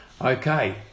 Okay